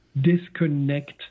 disconnect